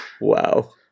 Wow